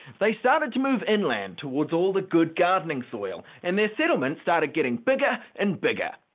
they started to move inland, towards all the good gardening soil. and their settlements started getting bigger and bigger.